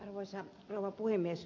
arvoisa rouva puhemies